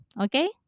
okay